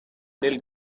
nel